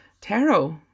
tarot